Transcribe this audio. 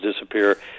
disappear